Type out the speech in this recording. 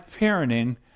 parenting